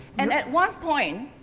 and at one point,